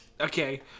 Okay